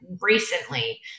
recently